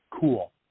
cool